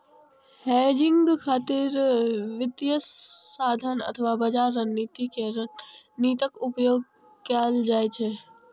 hedging खातिर वित्तीय साधन अथवा बाजार रणनीति के रणनीतिक उपयोग कैल जाइ छै